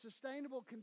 sustainable